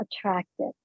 attractive